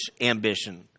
ambition